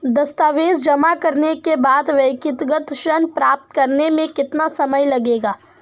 दस्तावेज़ जमा करने के बाद व्यक्तिगत ऋण प्राप्त करने में कितना समय लगेगा?